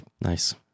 Nice